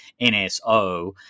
NSO